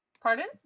Pardon